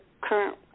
current